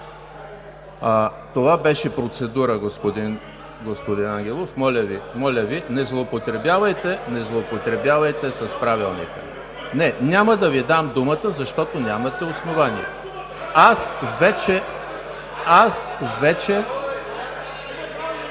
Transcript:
Това беше процедура, господин Ангелов. Моля Ви не злоупотребявайте с Правилника. Не, няма да Ви дам думата, защото нямате основание. Аз вече… (Шум